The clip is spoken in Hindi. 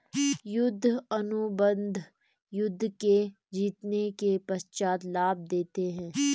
युद्ध अनुबंध युद्ध के जीतने के पश्चात लाभ देते हैं